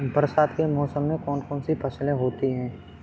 बरसात के मौसम में कौन कौन सी फसलें होती हैं?